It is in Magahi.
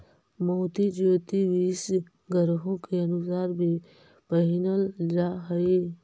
मोती ज्योतिषीय ग्रहों के अनुसार भी पहिनल जा हई